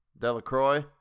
Delacroix